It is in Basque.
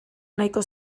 nahiko